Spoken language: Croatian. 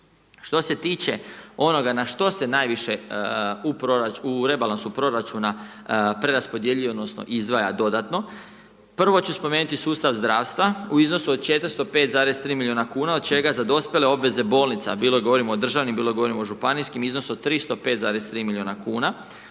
Što se tiče onoga na što se najviše u rebalansu proračuna preraspodjeljuje odnosno, izdvaja dodatno, prvo ću spomenuti sustav zdravstva u iznosu 405,3 milijuna kn, od čega za dospjele obveze bolnica, bilo da govorim o državnim, bilo da govorim o županijskim iznos od 305,3 milijuna kn,